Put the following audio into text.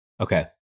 Okay